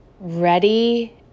ready